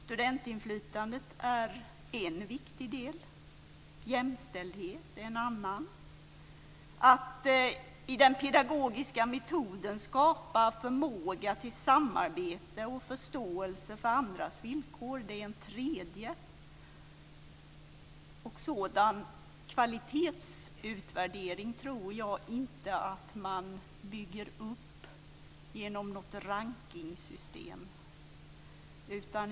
Studentinflytandet är en viktig del. Jämställdhet är en annan. Att i den pedagogiska metoden skapa förmåga till samarbete och förståelse för andras villkor är en tredje. Sådan kvalitetsutvärdering tror jag inte att man bygger upp genom något rankningssystem.